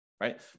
Right